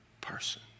person